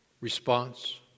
Response